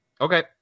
Okay